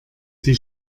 sie